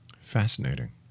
Fascinating